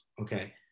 okay